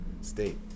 State